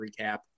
recap